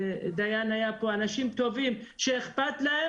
אנשים קורסים, איזה שנה קורונה?